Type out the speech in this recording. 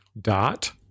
dot